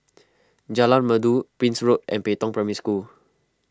Jalan Merdu Prince Road and Pei Tong Primary School